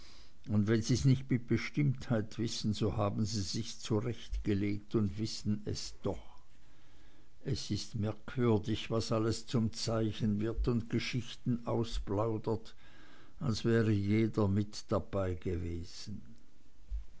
und wenn sie's nicht mit bestimmtheit wissen so haben sie sich's zurechtgelegt und wissen es doch es ist merkwürdig was alles zum zeichen wird und geschichten ausplaudert als wäre jeder mit